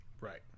Right